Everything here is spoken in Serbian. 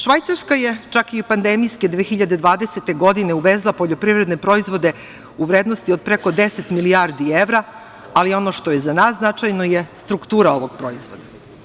Švajcarska je čak i pandemijske 2020. godine uvezla poljoprivredne proizvode u vrednosti od preko 10 milijardi evra, ali ono što je za nas značajno je struktura ovog proizvoda.